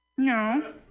No